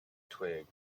twig